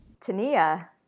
Tania